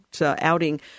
outing